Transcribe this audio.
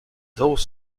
those